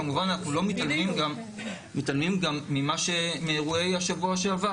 כמובן אנחנו לא מתעלמים גם מאירועי השבוע שעבר.